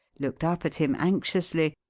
looked up at him anxiously,